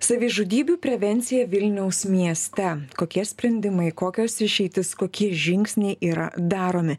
savižudybių prevencija vilniaus mieste kokie sprendimai kokios išeitys kokie žingsniai yra daromi